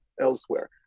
elsewhere